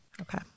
Okay